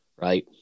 right